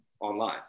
online